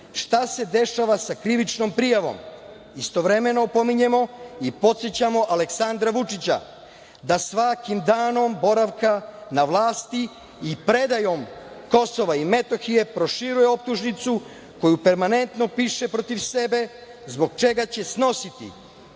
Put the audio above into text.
šta se dešava sa krivičnom prijavom? Istovremeno pominjemo i podsećamo Aleksandra Vučića da svakim danom boravka na vlasti i predajom Kosova i Metohije proširuje optužnicu koju permanentno piše protiv sebe zbog čega će snositi